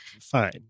fine